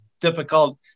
difficult